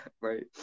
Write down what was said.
right